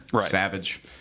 Savage